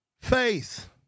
Faith